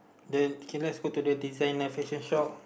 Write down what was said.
then okay let's go to the designer fashion shop